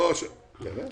באמת?